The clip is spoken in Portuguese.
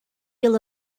ele